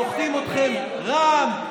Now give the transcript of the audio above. סוחטת אתכם רע"מ,